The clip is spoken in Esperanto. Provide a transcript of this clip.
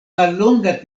mallonga